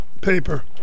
paper